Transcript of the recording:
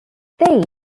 these